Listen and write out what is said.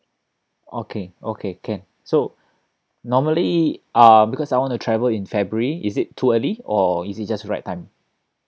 okay okay can so normally um because I want to travel in february is it too early or is it just the right time